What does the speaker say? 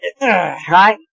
right